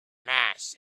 mass